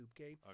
Okay